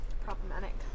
problematic